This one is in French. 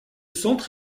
centre